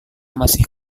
masih